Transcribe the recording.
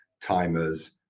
timers